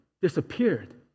disappeared